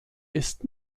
ist